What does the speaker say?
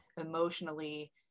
emotionally